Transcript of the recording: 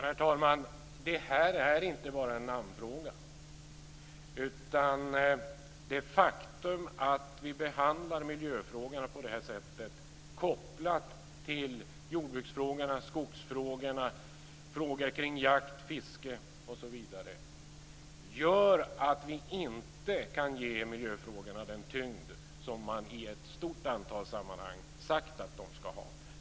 Herr talman! Det här är inte bara en namnfråga. Det faktum att vi behandlar miljöfrågorna kopplat till jordbruksfrågorna, skogsfrågorna, frågor om jakt, fiske osv. gör att vi inte kan ge miljöfrågorna den tyngd som man i ett stort antal sammanhang har sagt att de skall ha.